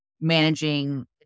managing